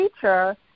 teacher